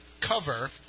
cover